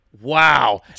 Wow